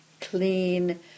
clean